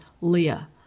Leah